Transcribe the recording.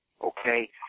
okay